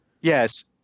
Yes